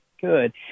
Good